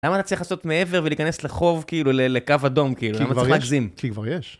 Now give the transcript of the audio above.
למה אתה צריך לעשות מעבר ולהיכנס לחוב, כאילו, לקו אדום, כאילו? למה צריך להגזים? כי כבר יש, כי כבר יש.